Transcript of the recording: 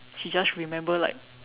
she just remember like